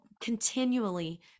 continually